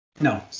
No